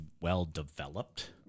well-developed